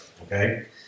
okay